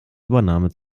übernahme